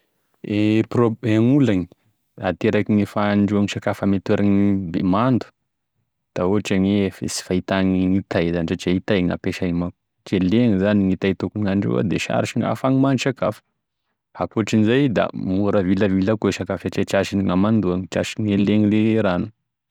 E prob- e gn'olany haterak'e fanhandroany sakafo ame toera be mando da ohatra hoe ny fi- sy fahita gn'hitay zany, satria gn'hitay no hampiasay manko satria legny zany gn'hitay tokony andrahoa de sarotry gn'ahafagny mahandro sakafo ,akoatrin'izay da mora vilavila koa e sakafo satria tratrin'e gn'amandoa, tratrin'e legny ne rano.